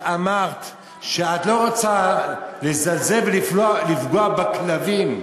את אמרת שאת לא רוצה לזלזל ולפגוע בכלבים.